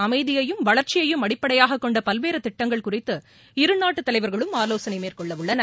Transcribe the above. அமைதியையும் வளர்ச்சியையும் அடிப்படையாகக் கொண்ட பல்வேறு திட்டங்கள் குறித்து இருநாட்டுத் தலைவர்களும் ஆலோசனை மேற்கொள்ளவுள்ளனர்